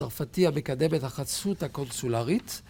צרפתי המקדם את החסות הקונסולרית